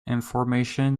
information